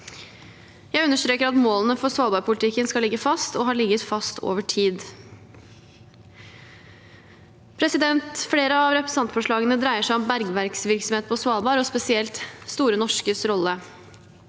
Jeg understreker at målene for svalbardpolitikken skal ligge fast og har ligget fast over tid. Flere av representantforslagene dreier seg om bergverksvirksomhet på Svalbard og spesielt Store Norskes rolle.